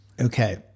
Okay